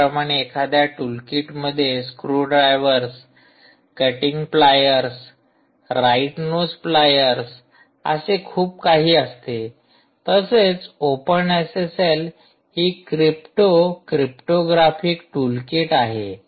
ज्याप्रमाणे एखाद्या टूलकिट मध्ये screw drivers cutting pliers right nose pliers असे खूप काही असतेतसेच ओपन एसएसएल हि क्रिप्टो क्रिप्टोग्राफिक टूलकिट आहे